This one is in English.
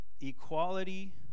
equality